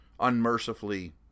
unmercifully